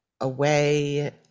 away